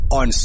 on